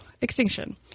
extinction